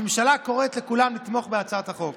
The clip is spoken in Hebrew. הממשלה קוראת לכולם לתמוך בהצעת החוק.